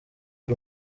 ari